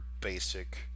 basic